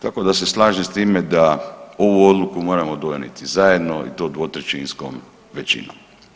Tako da se slažem s time da ovu odluku moramo donijeti zajedno i to dvotrećinskom većinom.